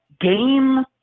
Game